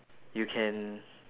you can